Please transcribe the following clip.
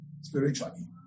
spiritually